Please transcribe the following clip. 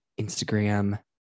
Instagram